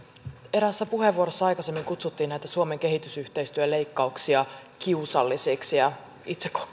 eräässä puheenvuorossa aikaisemmin kutsuttiin näitä suomen kehitysyhteistyöleikkauksia kiusallisiksi itse